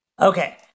Okay